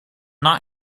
not